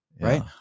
Right